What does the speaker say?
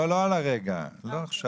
לא, לא על הרגע, לא עכשיו,